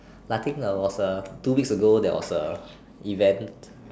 I think I was a two weeks ago there was a event